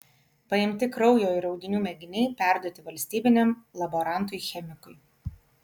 paimti kraujo ir audinių mėginiai perduoti valstybiniam laborantui chemikui